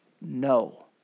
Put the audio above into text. no